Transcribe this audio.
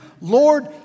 Lord